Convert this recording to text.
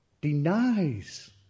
denies